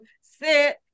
sit